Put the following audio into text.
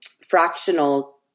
fractional